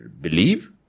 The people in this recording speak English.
believe